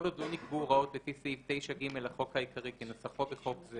כל עוד לא נקבעו הוראות לפי סעיף 9(ג) לחוק העיקרי כנוסחו בחוק זה